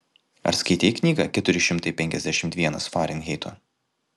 ar skaitei knygą keturi šimtai penkiasdešimt vienas farenheito